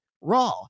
Raw